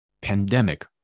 pandemic